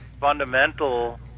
fundamental